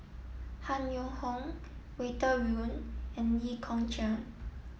Han Yong Hong Walter Woon and Lee Kong Chian